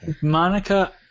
monica